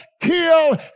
kill